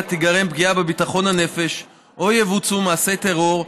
תיגרם פגיעה בביטחון הנפש או יבוצעו מעשה טרור,